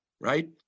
Right